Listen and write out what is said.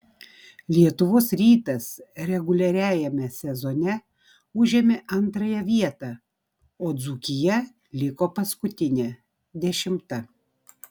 lietuvos rytas reguliariajame sezone užėmė antrąją vietą o dzūkija liko paskutinė dešimta